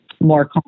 more